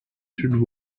should